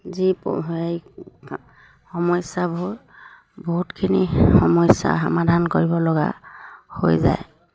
যি হেৰি সমস্যাবোৰ বহুতখিনি সমস্যাৰ সমাধান কৰিব লগা হৈ যায়